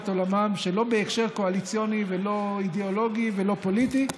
עולמם שלא בהקשר קואליציוני ולא אידיאולוגי ולא פוליטי.